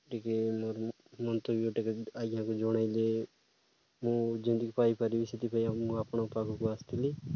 ଟିକେ ମୋର ମନ୍ତବ୍ୟ ଟିକେ ଆଜ୍ଞାକୁ ଜଣାଇଲେ ମୁଁ ଯେମିତିକି ପାଇପାରିବି ସେଥିପାଇଁ ମୁଁ ଆପଣଙ୍କ ପାଖକୁ ଆସିଥିଲି